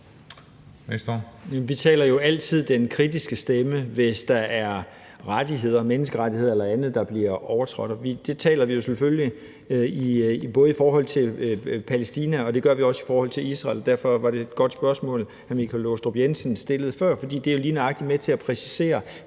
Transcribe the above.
Vi taler jo altid den kritiske stemme, hvis der er rettigheder, menneskerettigheder eller andet, der blive overtrådt, og det taler vi selvfølgelig både i forhold til Palæstina og i forhold til Israel. Derfor var det et godt spørgsmål, hr. Michael Aastrup Jensen stillede før, for det er jo lige nøjagtig det, der er med til at præcisere,